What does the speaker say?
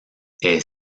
est